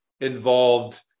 involved